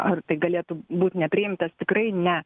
ar tai galėtų būt nepriimtas tikrai ne